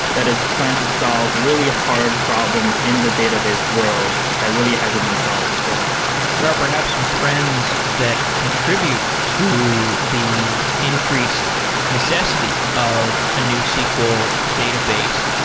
that is trying to solve really hard problems in the database world that really hasn't been solved before there are perhaps some trends that contribute to the increased necessity of a newsql database.